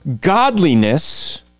godliness